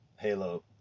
halo